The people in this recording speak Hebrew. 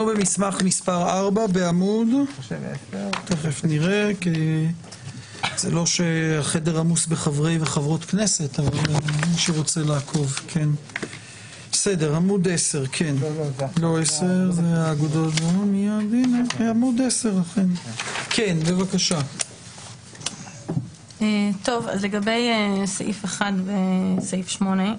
אנחנו במסמך מספר 4 בעמוד 10. לגבי סעיף (1) בסעיף 8,